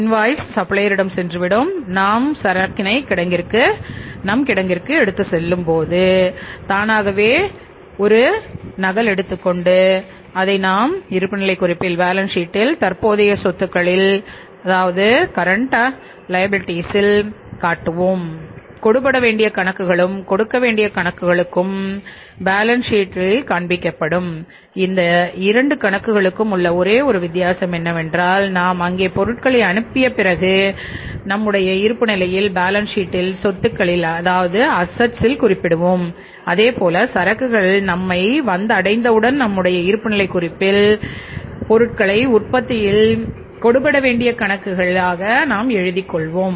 invoice தற்போதைய பொறுப்புகளில் current liabilities காட்டுவோம் கொடுபடவேண்டிய கணக்குகளுக்கும் கொடுக்க வேண்டிய கணக்குகளுக்கும் இருப்பு நிலையில் பேலன்ஸ் ஷீட்ட்டில் பொருட்கள் உற்பத்தியில் கொடுபட வேண்டிய கணக்குகள் ஆக நாம் எழுதிக் கொள்வோம்